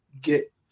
get